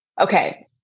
Okay